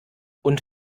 und